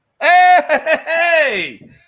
Hey